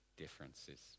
differences